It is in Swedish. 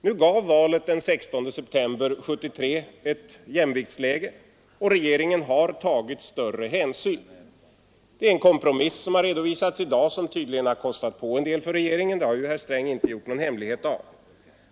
Nu gav valet den 16 september 1973 ett jämviktsläge, och regeringen har tagit större hänsyn än tidigare. Det kompromissförslag som i dag redovisas har tydligen kostat på en del för regeringen — det har herr Sträng inte gjort någon hemlighet av.